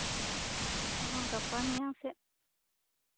ᱚ ᱜᱟᱯᱟ ᱢᱮᱭᱟᱝ ᱥᱮᱜ